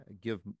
give